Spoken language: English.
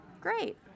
Great